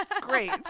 great